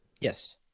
Yes